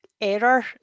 error